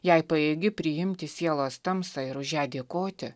jei pajėgi priimti sielos tamsą ir už ją dėkoti